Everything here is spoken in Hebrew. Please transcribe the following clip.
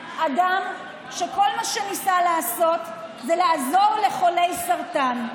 אדם שכל מה שניסה לעשות זה לעזור לחולי סרטן.